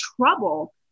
trouble